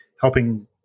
helping